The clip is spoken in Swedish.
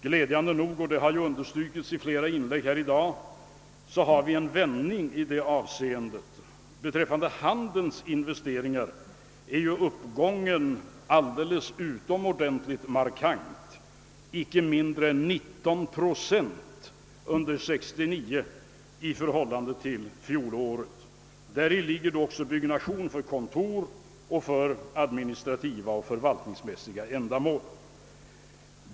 Glädjande nog — detta har understrukits i flera inlägg i dag — har vi fått en vändning i det avseendet. För handelns investeringar är uppgången utomordentligt markant: icke mindre än 19 procent under 1969 i förhållande till fjolåret. Däri ligger då också byggnation för kontor samt kostnader för administrativa och förvaltningsmässiga ändamål.